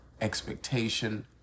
expectation